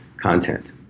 content